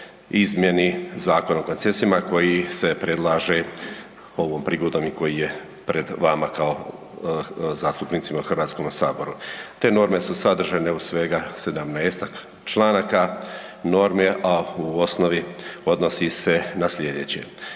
izmjeni Zakona o koncesijama koji se predlaže ovom prigodom i koji je pred vama kao zastupnicima u HS-u. Te norme su sadržane u svega 17-tak članaka, norme, a u osnovi odnosi se na sljedeće.